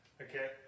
Okay